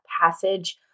passage